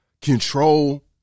control